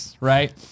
right